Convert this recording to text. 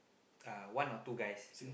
uh one or two guys